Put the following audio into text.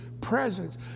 presence